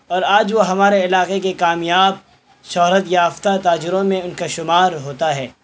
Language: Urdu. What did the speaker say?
اور آج وہ ہمارے علاقے کے کامیاب شہرت یافتہ تاجروں میں ان کا شمار ہوتا ہے